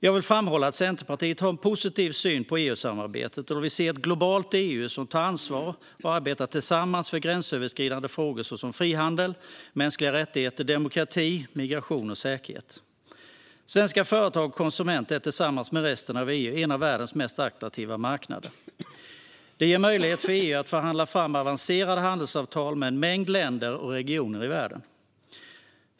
Jag vill framhålla att Centerpartiet har en positiv syn på EU-samarbetet. Vi vill se ett globalt EU som tar ansvar och arbetar tillsammans i gränsöverskridande frågor såsom frihandel, mänskliga rättigheter, demokrati, migration och säkerhet. Svenska företag och konsumenter utgör tillsammans med resten av EU en av världens mest attraktiva marknader. Det ger möjligheter för EU att förhandla fram avancerade handelsavtal med en mängd länder och regioner i världen.